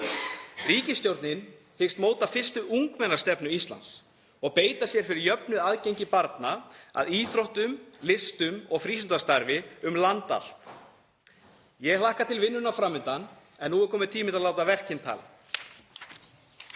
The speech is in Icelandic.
Ríkisstjórnin hyggst móta fyrstu ungmennastefnu Íslands og beita sér fyrir jöfnu aðgengi barna að íþróttum, listum og frístundastarfi um land allt. Ég hlakka til vinnunnar fram undan en nú er kominn tími til að láta verkin tala.